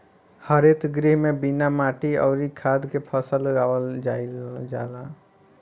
हरित गृह में बिना माटी अउरी खाद के फसल उगावल जाईल जाला